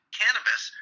cannabis